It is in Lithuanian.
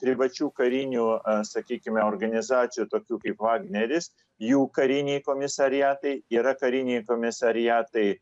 privačių karinių sakykime organizacijų tokių kaip vagneris jų kariniai komisariatai yra kariniai komisariatai